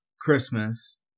Christmas